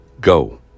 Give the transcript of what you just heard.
go